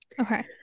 Okay